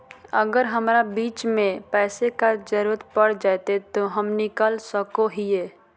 अगर हमरा बीच में पैसे का जरूरत पड़ जयते तो हम निकल सको हीये